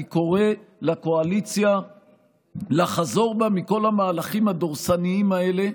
אני קורא לקואליציה לחזור בה מכל המהלכים הדורסניים האלה.